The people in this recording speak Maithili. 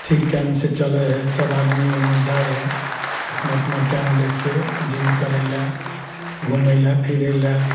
ठीक टाइमसे चलै हइ सभ आदमी ओहिमे जाइ हइ अपना अपना टाइम देखिके जिम करैले घुमैले फिरैले